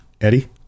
Eddie